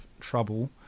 trouble